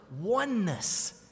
oneness